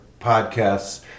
podcasts